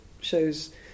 shows